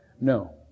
No